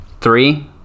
three